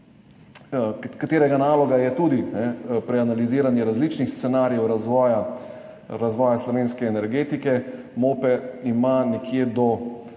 katerega naloga je tudi preanaliziranje različnih scenarijev razvoja slovenske energetike. MOPE ima nekje do